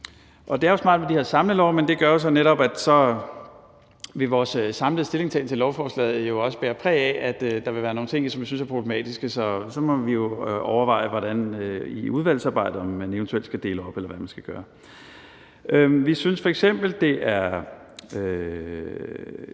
Det er smart med de her samlelove, men det gør jo så netop, at vores samlede stillingtagen til lovforslaget vil bære præg af, at der vil være nogle ting i det, som vi synes er problematiske. Vi må så overveje i udvalgsarbejdet, om man eventuelt skal dele det op, eller hvad man skal gøre. Vi synes f.eks., det er